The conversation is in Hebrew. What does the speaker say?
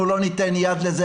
אנחנו לא ניתן יד לזה.